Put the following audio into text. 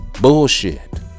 bullshit